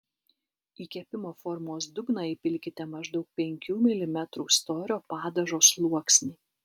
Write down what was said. į kepimo formos dugną įpilkite maždaug penkių milimetrų storio padažo sluoksnį